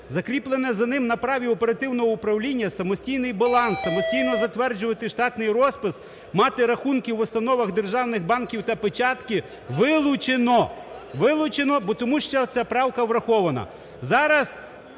закріплений за ним на праві оперативного управління самостійний баланс, самостійно затверджувати штатний розпис, мати рахунки в установах державних банків та печатки, – вилучено. Вилучено, тому що ця правка врахована.